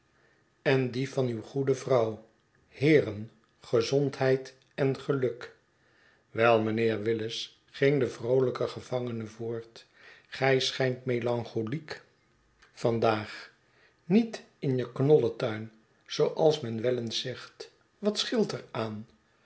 en die van uw goede vrouw heeren gezondheid en geluk w meneer willis ging de vroolijke gevangene voort gij schijnt melancholiek van daag niet in je knollentuin zooals men wel eens zegt wat scheelt er aan